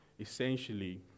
Essentially